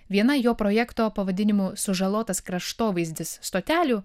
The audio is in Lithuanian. viena jo projekto pavadinimu sužalotas kraštovaizdis stotelių